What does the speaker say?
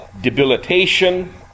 debilitation